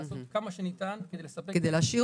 לעשות כמה שניתן כדי לספק --- כדי להשאיר